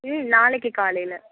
ம் நாளைக்கு காலையில்